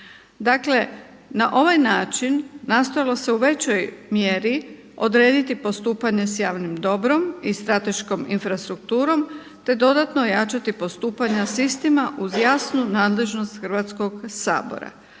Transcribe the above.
Dakle na ovaj način nastojalo se u većoj mjeri odrediti postupanje s javnim dobrom i strateškom infrastrukturom, te dodatno ojačati postupanja s istima uz jasnu nadležnost Hrvatskog sabora.